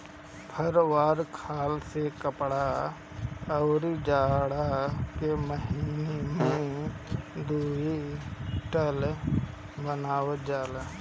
फर वाला खाल से कपड़ा, अउरी जाड़ा में पहिने के सुईटर बनावल जाला